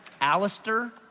Alistair